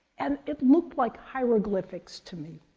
and it looked like hieroglyphics to me.